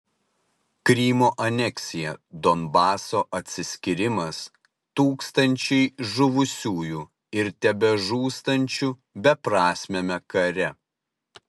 krymo aneksija donbaso atsiskyrimas tūkstančiai žuvusiųjų ir tebežūstančių beprasmiame kare